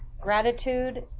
gratitude